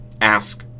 ask